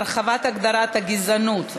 הרחבת הגדרת הגזענות),